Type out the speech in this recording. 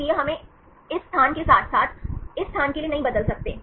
इसलिए हम इसे इस स्थान के साथ साथ इस स्थान के लिए नहीं बदल सकते